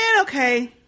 okay